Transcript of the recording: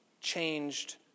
changed